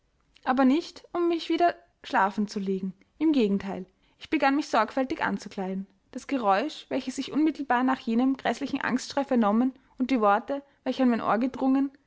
aber nicht um mich wieder schlafen zu legen im gegenteil ich begann mich sorgfältig anzukleiden das geräusch welches ich unmittelbar nach jenem gräßlichen angstschrei vernommen und die worte welche an mein ohr gedrungen